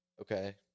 Okay